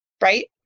right